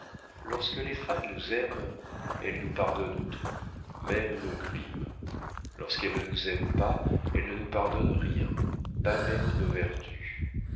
lorsque les femmes nous aiment elles nous pardonnent tout même nos crimes lorsqu'elles ne nous aiment pas elles ne nous pardonnent rien pas même nos vertus